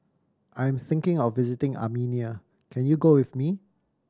I am thinking of visiting Armenia can you go with me